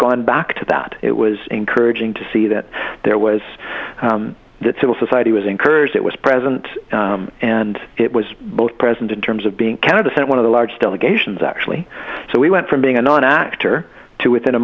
gone back to that it was encouraging to see that there was civil society was encouraged it was present and it was both present in terms of being candidates and one of the large delegations actually so we went from being an actor to within a